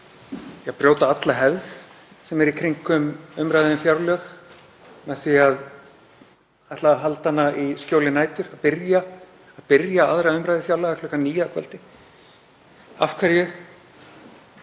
að brjóta alla hefð sem er í kringum umræðu um fjárlög með því að ætla að halda hana í skjóli nætur, að byrja 2. umr. fjárlaga klukkan níu að kvöldi? Af hverju?